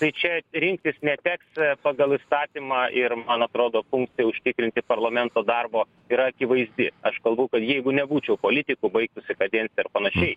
tai čia rinktis neteks pagal įstatymą ir man atrodo punktą užtikrinti parlamento darbo yra akivaizdi aš kalbu kad jeigu nebūčiau politiku baigtųsi kadencija ir panašiai